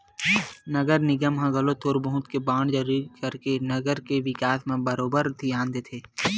नगर निगम ह घलो थोर बहुत के बांड जारी करके नगर के बिकास म बरोबर धियान देथे